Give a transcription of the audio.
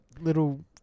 Little